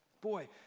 boy